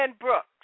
Brooks